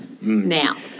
now